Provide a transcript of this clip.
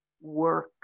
work